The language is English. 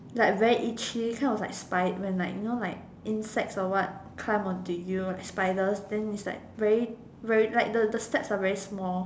like very itchy kind of like spy when like you know like insects or what climb onto you spiders then it's like very very like the the steps are very small